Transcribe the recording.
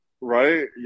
right